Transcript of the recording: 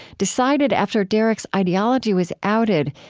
decided, after derek's ideology was outed,